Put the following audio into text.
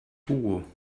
hugo